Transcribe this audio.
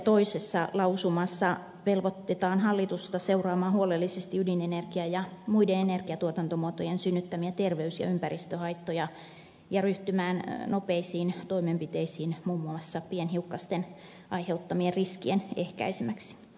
toisessa lausumassa velvoitetaan hallitusta seuraamaan huolellisesti ydinenergian ja muiden energiantuotantomuotojen synnyttämiä terveys ja ympäristöhaittoja ja ryhtymään nopeisiin toimenpiteisiin muun muassa pienhiukkasten aiheuttamien riskien ehkäisemiseksi